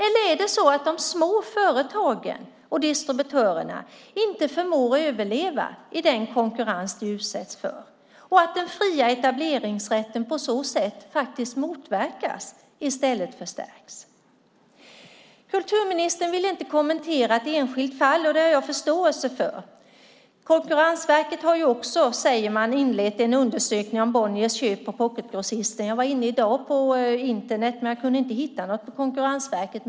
Eller är det så att de små företagen och distributörerna inte förmår överleva i den konkurrens de utsätts för och att den fria etableringsrätten på så sätt motverkas i stället för att stärkas? Kulturministern vill inte kommentera ett enskilt fall, och det har jag förståelse för. Konkurrensverket har också, sägs det, inlett en undersökning av Bonniers köp av Pocketgrossisten. Jag var i dag inne på Internet, men jag kunde inte hitta något på Konkurrensverket.